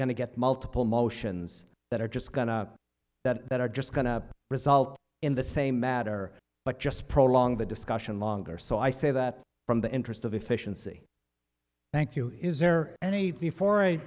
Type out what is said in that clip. to get multiple motions that are just going to that that are just going to result in the same matter but just prolong the discussion longer so i say that from the interest of efficiency thank you is there anything before